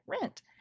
rent